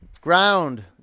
ground